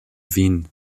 wien